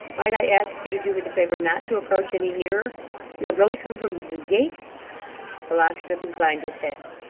might i ask you to do me the favour not to approach any nearer you have really come from newgate the locksmith inclined his head.